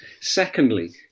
secondly